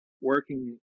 working